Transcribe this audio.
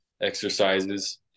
exercises